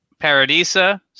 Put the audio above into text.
Paradisa